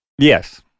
Yes